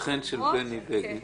שכן של בני בגין.